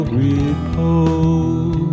repose